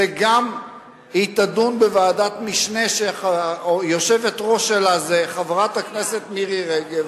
היא תידון בוועדת משנה שהיושבת-ראש שלה היא חברת הכנסת מירי רגב,